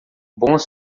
bons